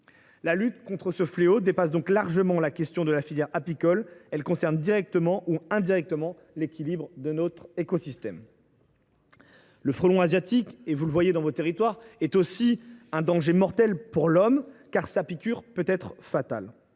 La lutte contre ce fléau dépasse donc largement la question de la filière apicole et concerne directement ou indirectement l’équilibre de notre écosystème. Le frelon asiatique, vous le constatez dans vos territoires, mesdames, messieurs les sénateurs, est aussi un danger mortel pour l’homme, car sa piqûre peut être fatale.